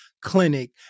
clinic